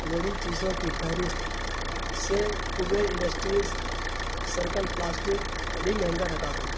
میری چیزوں کی فہرست سے Kabir industries circle plastic ring hanger ہٹا دو